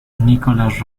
nicolas